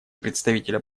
представителя